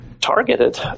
targeted